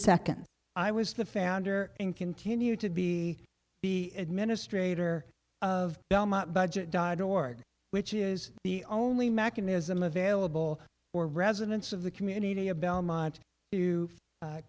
second i was the founder and continue to be the administrator of belmont budget dot org which is the only mechanism available for residents of the community of belmont to